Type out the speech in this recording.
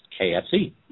KFC